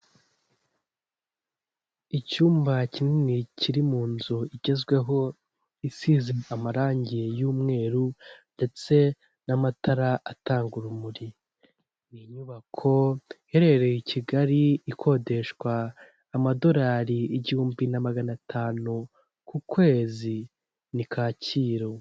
Icyumba kinini kiri mu nzu igezweho isize amarangi y'umweru ndetse n'amatara atanga urumuri, ni inyubako iherereye Kigali ikodeshwa amadolari igihumbi na magana atanu ku kwezi ni Kacyiru.